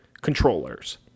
controllers